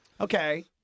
okay